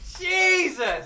Jesus